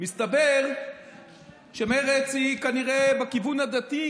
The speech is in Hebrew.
מסתבר שמרצ היא כנראה בכיוון הדתי,